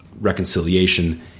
reconciliation—